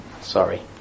Sorry